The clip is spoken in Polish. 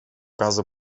razu